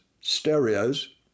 Stereos